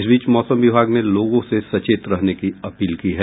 इस बीच मौसम विभाग ने लोगों से सचेत रहने की अपील की है